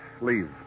Leave